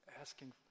asking